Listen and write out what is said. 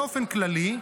באופן כללי,